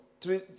three